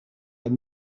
een